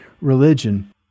religion